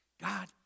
God